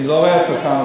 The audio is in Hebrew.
אני לא רואה אותו כאן,